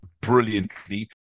brilliantly